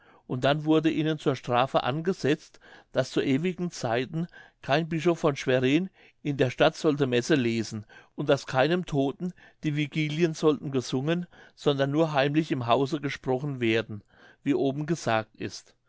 und dann wurde ihnen zur strafe angesetzt daß zu ewigen zeiten kein bischof von schwerin in der stadt sollte messe lesen und daß keinem todten die vigilien sollten gesungen sondern nur heimlich im hause gesprochen werden wie oben gesagt ist